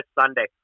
Sunday